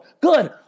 Good